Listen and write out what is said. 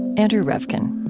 andrew revkin.